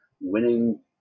winning